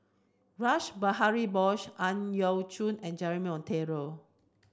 Rash Behari Bose Ang Yau Choon and Jeremy Monteiro